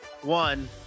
one